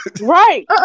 Right